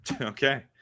okay